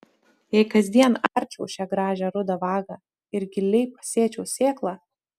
jei kasdien arčiau šią gražią rudą vagą ir giliai pasėčiau sėklą